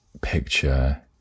picture